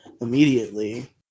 immediately